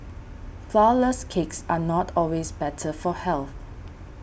Flourless Cakes are not always better for health